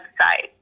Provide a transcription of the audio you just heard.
website